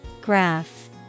Graph